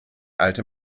alte